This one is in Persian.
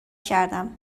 کردم